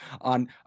on